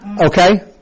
Okay